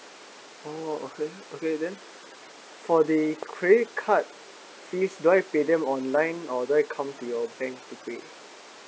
orh okay okay then for the credit card fees do I pay them online or do I come to your bank to pay